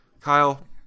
Kyle